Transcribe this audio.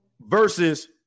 versus